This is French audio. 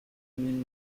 mille